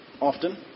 often